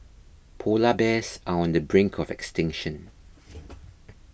Polar Bears are on the brink of extinction